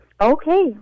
Okay